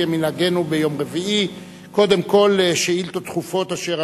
כמנהגנו ביום רביעי קודם כול לשאילתות דחופות אשר